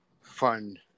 fund